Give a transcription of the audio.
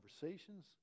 conversations